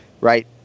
right